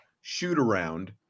shoot-around